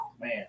man